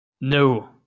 No